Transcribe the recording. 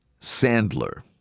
Sandler